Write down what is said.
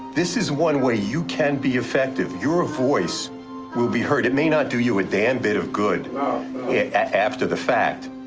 this is one way you can be effective. your voice will be heard. it may not do you a damn bit of good after the fact,